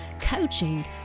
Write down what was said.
coaching